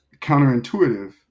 counterintuitive